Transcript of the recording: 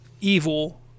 evil